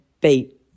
beat